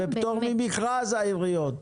הן בפטור ממכרז, העיריות.